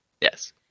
Yes